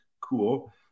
Cool